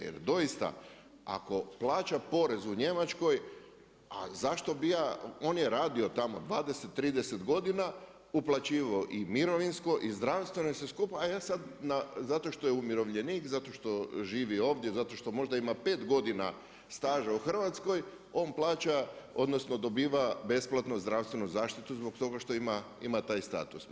Jer doista ako plaća porez u Njemačkoj a zašto bi ja, on je radio tamo 20, 30 godina, uplaćivao i mirovinsko i zdravstveno i sve skupa a ja sada zato što je umirovljenik, zato što živi ovdje, zato što možda ima 5 godina staža u Hrvatskoj on plaća, odnosno dobiva besplatno zdravstvenu zaštitu zbog toga što ima taj status.